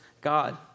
God